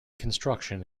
construction